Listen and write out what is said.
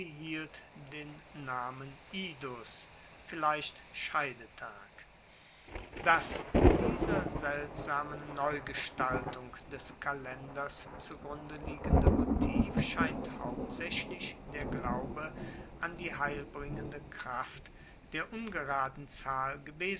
den alten namen idus vielleicht scheidetag das dieser seltsamen neugestaltung des kalenders zu grunde liegende motiv scheint hauptsaechlich der glaube an die heilbringende kraft der ungeraden zahl